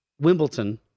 Wimbledon